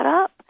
up